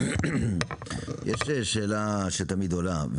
יש שאלה שתמיד עולה,